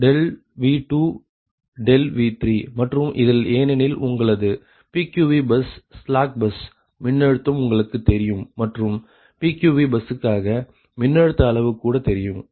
VV2 V3 மற்றும் இதில் ஏனெனில் உங்களது PQV பஸ் ஸ்லாக் பஸ் மின்னழுத்தம் உங்களுக்கு தெரியும் மற்றும் PQVபஸ்ஸுக்காக மின்னழுத்த அளவு கூட தெரியும்